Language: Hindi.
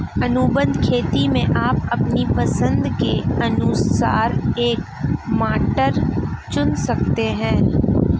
अनुबंध खेती में आप अपनी पसंद के अनुसार एक मॉडल चुन सकते हैं